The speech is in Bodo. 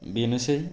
बेनोसै